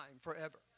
forever